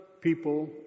people